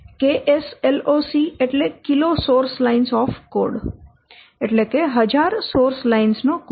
KSLOC એટલે kilo source lines of code એટલે કે હજારો સોર્સ લાઇન્સ નો કોડ